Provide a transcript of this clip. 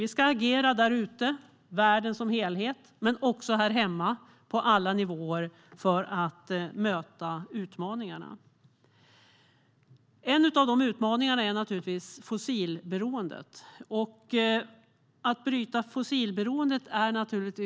Vi ska agera där ute i världen som helhet, men också här hemma på alla nivåer för att möta utmaningarna. En av de utmaningarna är naturligtvis fossilberoendet. Att bryta fossilberoendet är viktigt.